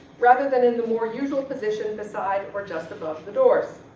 rather than in the more usual position beside or just above the doors.